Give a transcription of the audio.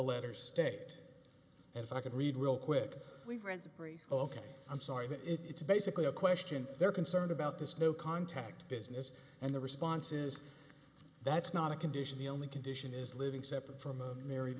letter stated if i could read real quick we read three ok i'm sorry but it's basically a question they're concerned about this no contact business and the responses that's not a condition the only condition is living separate from a married